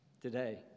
today